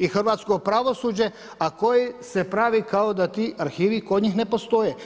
i hrvatsko pravosuđe, a koji se pravi kao da ti arhivi kod njih ne postoje.